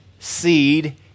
seed